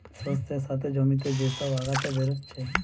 শস্যের সাথে জমিতে যে সব আগাছা বেরাচ্ছে